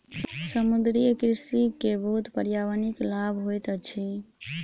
समुद्रीय कृषि के बहुत पर्यावरणिक लाभ होइत अछि